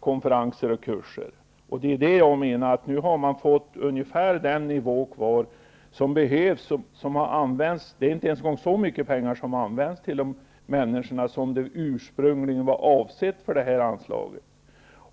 konferenser och kurser skulle tas bort. Nu kvarstår den nivå som behövs och används -- inte ens så mycket pengar används -- för de människor som ursprungligen avsågs i anslaget.